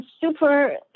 super